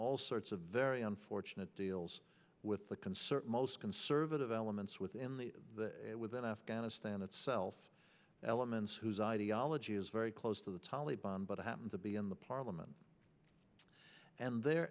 all sorts of very unfortunate deals with the concert most conservative elements within the within afghanistan itself elements whose ideology is very close to the taliban but i happen to be in the parliament and there